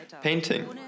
painting